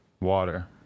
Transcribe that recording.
Water